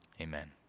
amen